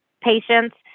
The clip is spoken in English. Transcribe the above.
patients